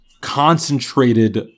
concentrated